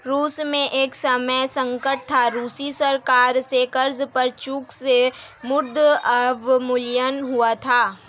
रूस में एक समय संकट था, रूसी सरकार से कर्ज पर चूक से मुद्रा अवमूल्यन हुआ था